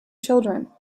children